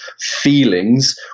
feelings